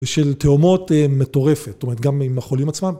ושל תאומות מטורפת, גם עם החולים עצמם.